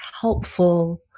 helpful